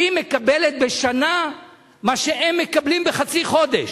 היא מקבלת בשנה מה שהם מקבלים בחצי חודש.